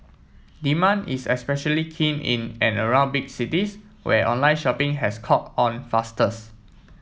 demand is especially keen in and around big cities where online shopping has caught on fastest